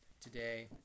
Today